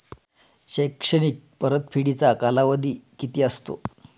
शैक्षणिक परतफेडीचा कालावधी किती असतो?